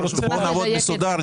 נעבוד מסודר.